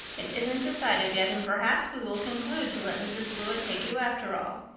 it isn't decided yet and perhaps we will conclude to let mrs. blewett take you after all.